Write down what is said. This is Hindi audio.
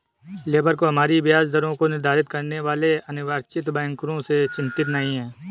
लेबर को हमारी ब्याज दरों को निर्धारित करने वाले अनिर्वाचित बैंकरों से चिंतित नहीं है